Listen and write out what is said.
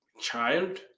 child